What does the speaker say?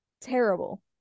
Terrible